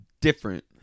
different